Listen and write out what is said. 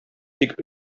тик